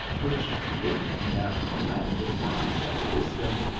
which looked narrow and de fined at a distance,